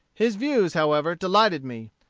his views, however, delighted me.